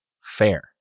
fair